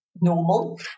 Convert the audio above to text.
normal